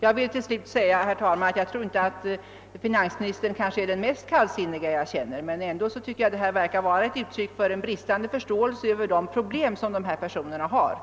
Jag vill till slut, herr talman, säga att jag tror inte att finansministern är den mest kallsinniga person jag känner. Men detta verkar ändå vara ett uttryck för bristande förståelse för dessa personers problem.